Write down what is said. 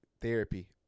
therapy